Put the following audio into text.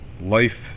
life